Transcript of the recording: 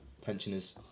pensioners